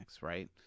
right